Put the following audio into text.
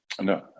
no